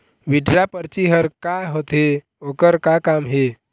Withdraw परची हर का होते, ओकर का काम हे?